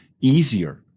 easier